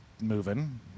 moving